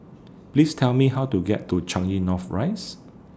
Please Tell Me How to get to Changi North Rise